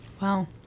Wow